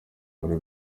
ahari